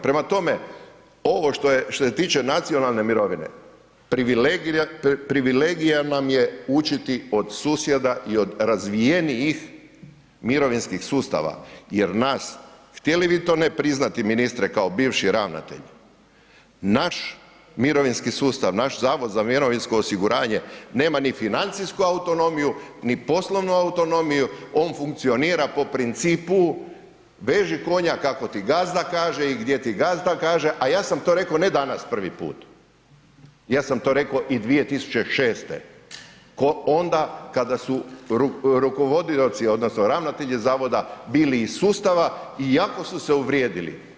Prema tome, ovo što se tiče nacionalne mirovine privilegija nam je učiti od susjeda i od razvijenijih mirovinskih sustava jer nas htjeli vi to ili ne priznati ministre kao bivši ravnatelj, naš mirovinski sustav, naš Zavod za mirovinsko osiguranje nema ni financijsku autonomiju, ni poslovnu autonomiju on funkcionira po principu veži konja kako ti gazda kaže i gdje ti gazda kaže, a ja sam to rekao ne danas prvi put, ja sam to rekao i 2006. ko onda kada su rukovodioci odnosno ravnatelji zavoda bili iz sustava i jako su se uvrijedili.